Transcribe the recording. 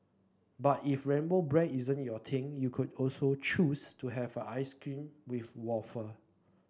but if rainbow bread isn't your thing you could also choose to have a ice cream with wafer